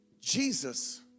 Jesus